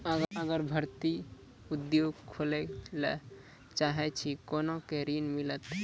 अगरबत्ती उद्योग खोले ला चाहे छी कोना के ऋण मिलत?